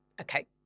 Okay